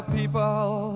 people